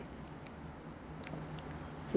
ya ya not bad that that one I used before not bad